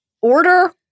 order